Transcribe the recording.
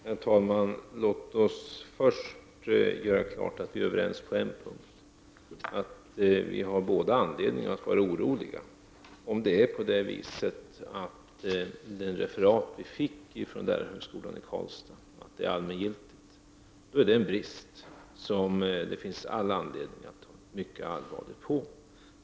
Herr talman! Låt mig först göra klart att vi är överens på en punkt, nämligen att vi båda har anledning att vara oroliga om det förhållande som refererades från lärarhögskolan i Karlstad är allmängiltigt. Det är i så fall en brist som det finns all anledning att se mycket allvarligt på.